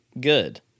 Good